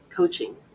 Coaching